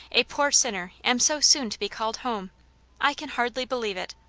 a podr sinner, am so soon to be called home i can hardly believe it.